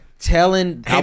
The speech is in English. telling